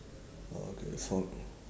oh okay for